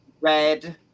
red